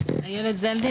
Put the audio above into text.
אילת זלדין,